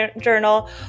Journal